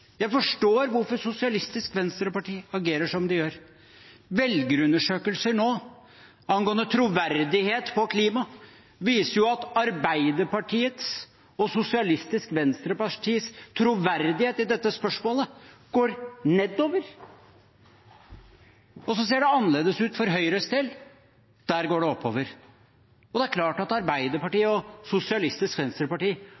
det gjelder klima, viser jo at Arbeiderpartiets og Sosialistisk Venstrepartis troverdighet i dette spørsmålet går nedover, og at det ser annerledes ut for Høyres del – der går det oppover. Det er klart at